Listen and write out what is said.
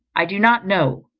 i do not know.